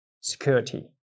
security